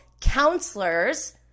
counselors